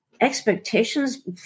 expectations